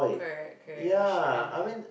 correct correct you shouldn't have